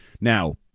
Now